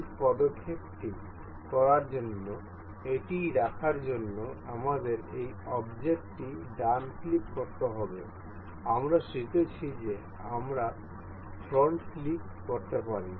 এই পদক্ষেপটি করার জন্য এটি রাখার জন্য আমাদের এই অবজেক্টটি ডান ক্লিক করতে হবে আমরা শিখেছি যে আমরা ফ্লোটে ক্লিক করতে পারি